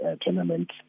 tournament